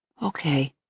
okay.